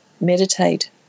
meditate